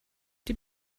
die